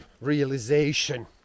realization